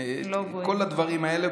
כל הדברים האלה.